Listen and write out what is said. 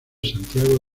santiago